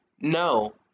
No